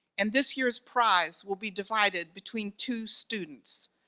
and this year's prize will be divided between two students.